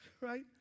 Right